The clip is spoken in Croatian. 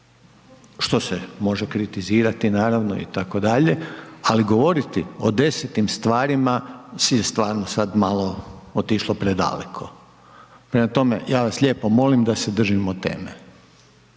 što se može kritizirati naravno itd., ali govoriti o desetim stvarima se stvarno sad malo otišlo predaleko. Prema tome, ja vas lijepo molim da se držimo teme.